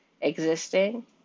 existing